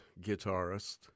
guitarist